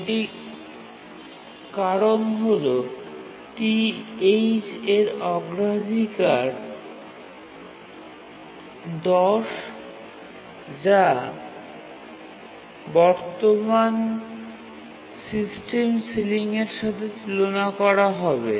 এটি কারণ হল TH এর অগ্রাধিকার ১০ যা বর্তমান সিস্টেম সিলিংয়ের সাথে তুলনা করা হবে